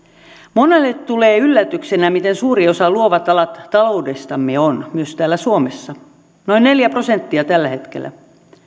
monelle tulee yllätyksenä miten suuri osa luovat alat ovat taloudestamme myös täällä suomessa noin neljä prosenttia tällä hetkellä